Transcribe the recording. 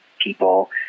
people